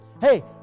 Hey